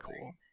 cool